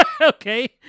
Okay